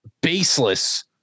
baseless